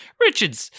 Richard's